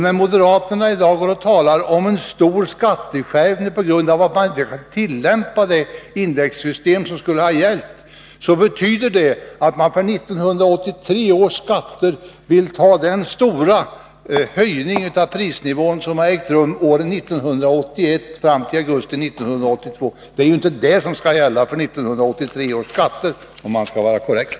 När moderaterna i dag talar om att vi får en stor skatteskärpning på grund av att vi inte kan tillämpa det indexsystem som skulle ha gällt, betyder det att man för 1983 års skatter vill ta hänsyn till den stora höjning av prisnivån som har ägt rum under 1981 och fram till augusti 1982. Det är inte det som skall gälla för 1983 års skatter, om man skall vara korrekt.